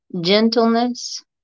gentleness